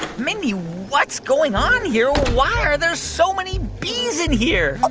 mindy, what's going on here? why are there so many bees in here? oh,